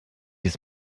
ist